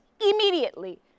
immediately